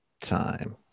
time